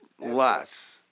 less